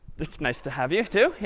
nice to have you too. yeah